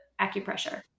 acupressure